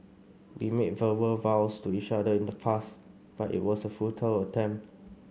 we made verbal vows to each other in the past but it was a futile attempt